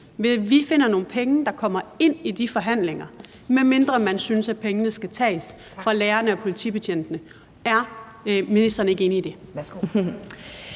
vi finder nogle penge, der kommer ind i de forhandlinger, medmindre man synes, at pengene skal tages fra lærerne og politibetjentene. Er ministeren ikke enig i det?